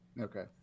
Okay